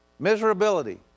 Miserability